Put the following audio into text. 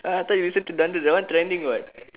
I thought you listen to dollop that one trending what